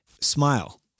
smile